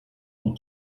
und